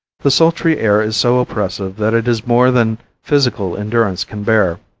the sultry air is so oppressive that it is more than physical endurance can bear.